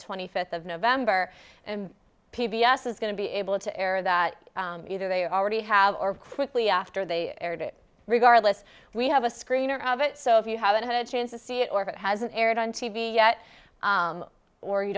twenty fifth of november and p b s is going to be able to air that either they already have or quickly after they aired it regardless we have a screener of it so if you haven't had a chance to see it or if it hasn't aired on t v yet or you